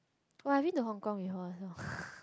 oh I've been to Hong-Kong before also